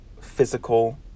physical